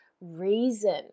reason